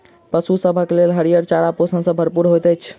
पशु सभक लेल हरियर चारा पोषण सॅ भरपूर होइत छै